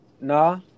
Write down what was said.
Nah